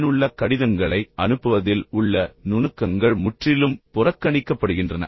பயனுள்ள கடிதங்களை அனுப்புவதில் உள்ள நுணுக்கங்கள் முற்றிலும் புறக்கணிக்கப்படுகின்றன